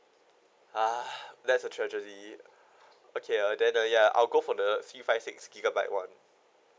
ah that's a tragedy okay uh then uh ya I'll go for the C five six gigabyte one